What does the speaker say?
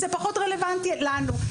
זה פחות רלבנטי לנו.